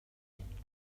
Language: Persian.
ﮐﺸﯿﺪﯾﻢ